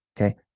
Okay